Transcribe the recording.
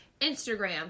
Instagram